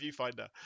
viewfinder